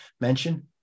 mention